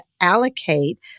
allocate